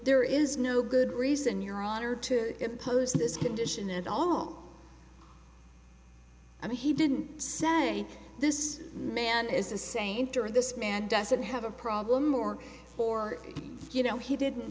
there is no good reason your honor to impose this condition at all and he didn't say this man is a saint or this man doesn't have a problem or for you know he didn't